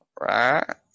Right